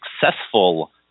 successful